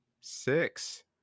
Six